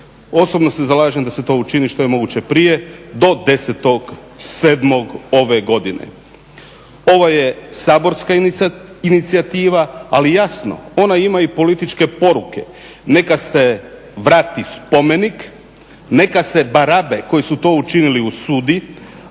Osobno se zalažem da se to učini što je moguće prije do 10.07. ove godine. Ovo je saborska inicijativa, ali jasno, ona ima i političke poruke. Neka se vrati spomenik, neka se barabe koji su to učinili osudi.